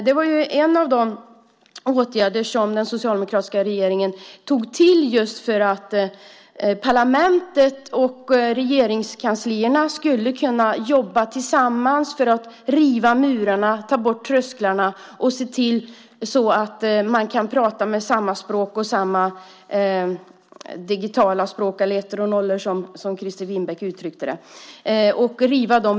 Det var en av de åtgärder som den socialdemokratiska regeringen tog till för att parlamentet och regeringskanslierna skulle kunna jobba tillsammans för att riva murarna, ta bort trösklarna och se till att man kan prata med samma digitala språk, eller ettor och nollor, som Christer Winbäck uttryckte det.